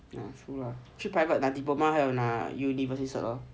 true lah 去 private diploma 还有拿 universities cert lor